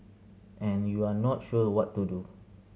and you're not sure what to do